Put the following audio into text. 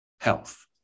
health